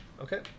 Okay